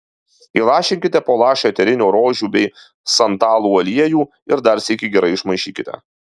įlašinkite po lašą eterinio rožių bei santalų aliejų ir dar sykį gerai išmaišykite